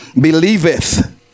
believeth